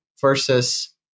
versus